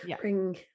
bring